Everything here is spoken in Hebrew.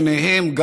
גם